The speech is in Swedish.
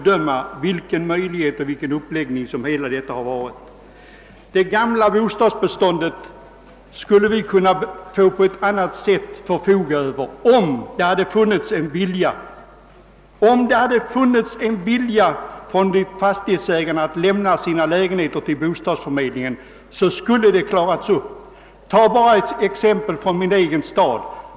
Det äldre bostadsbeståndet skulle vi ha kunnat på ett annat sätt förfoga över, om det hade funnits en vilja hos ifrågavarande fastighetsägare att lämna ut rätten ait överlåta lägenheterna till bostadsförmedlingen. Därigenom <:hade många svårigheter bortfallit. Jag kan ta ett exempel från min egen hemstad.